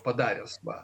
padaręs man